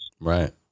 Right